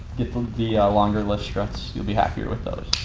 get the the longer lift struts. you'll be happier with those.